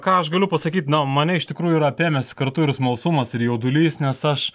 ką aš galiu pasakyt na mane iš tikrųjų yra apėmęs kartu ir smalsumas ir jaudulys nes aš